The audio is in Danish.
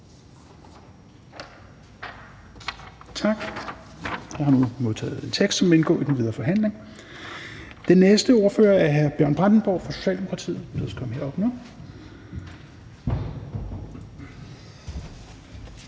Tak. Jeg har nu modtaget et forslag til vedtagelse, som vil indgå i den videre forhandling. Den næste ordfører er hr. Bjørn Brandenborg fra Socialdemokratiet, som bedes komme herop nu.